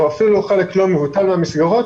או אפילו חלק לא מבוטל מהמסגרות,